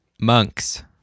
monks